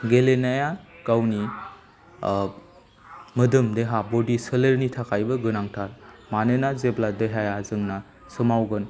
गेलेनाया गावनि मोदोम देहा बडि सोलेरनि थाखायबो गोनांथार मानोना जेब्ला देहाया जोंना सोमावगोन